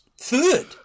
Third